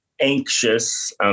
anxious